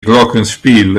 glockenspiel